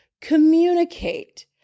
communicate